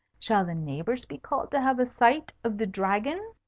shall the neighbours be called to have a sight of the dragon?